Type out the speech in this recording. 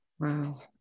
Wow